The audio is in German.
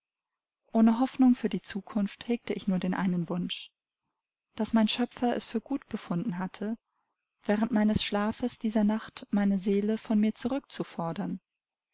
ohne hoffnung für die zukunft hegte ich nur den einen wunsch daß mein schöpfer es für gut befunden hätte während meines schlafes dieser nacht meine seele von mir zurück